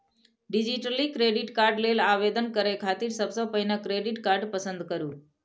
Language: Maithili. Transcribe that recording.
डिजिटली क्रेडिट कार्ड लेल आवेदन करै खातिर सबसं पहिने क्रेडिट कार्ड पसंद करू